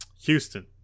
Houston